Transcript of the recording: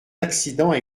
accidents